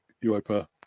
Europa